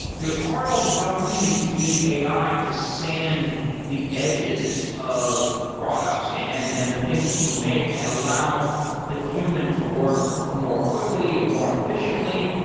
there are all these opportunities to use ai to sand the edges of products and and the things that you make and allow the human to work more quickly and more efficiently.